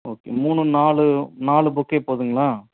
okay மூணு நாலு நாலு பொக்கே போதுங்களா